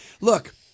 look